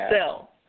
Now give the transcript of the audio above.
Sell